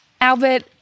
Albert